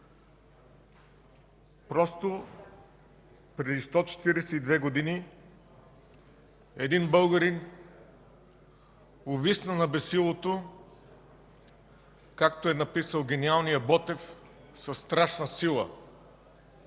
Просто преди 142 години един българин увисна на бесилото, както е написал гениалният Ботев: „със страшна сила”.